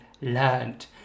learned